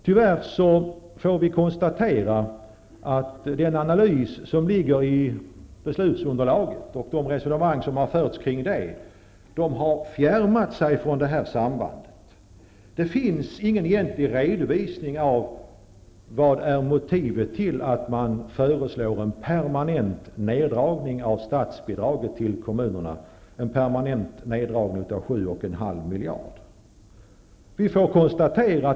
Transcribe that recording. Tyvärr tvingas vi konstatera att den analys som finns i beslutsunderlaget och de resonemang som har förts kring detta har fjärmat sig från detta samband. Det finns inte någon egentlig redovisning av vilket motivet är för att man föreslår en permanent neddragning på 7,5 miljarder av statsbidraget till kommunerna.